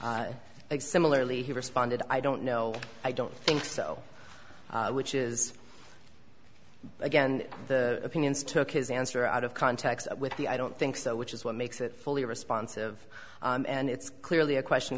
exemplary he responded i don't know i don't think so which is again the opinions took his answer out of context with the i don't think so which is what makes it fully responsive and it's clearly a question